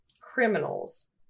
criminals